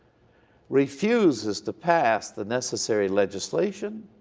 refuses to pass the necessary legislation,